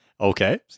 Okay